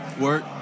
Work